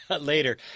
later